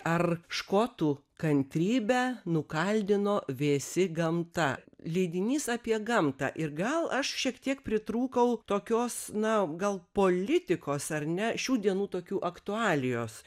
ar škotų kantrybę nukaldino vėsi gamta leidinys apie gamtą ir gal aš šiek tiek pritrūkau tokios na gal politikos ar ne šių dienų tokių aktualijos